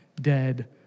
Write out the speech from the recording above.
dead